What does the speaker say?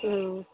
हुँ